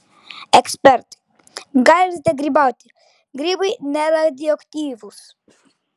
ekspertai galite grybauti grybai neradioaktyvūs